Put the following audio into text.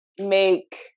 make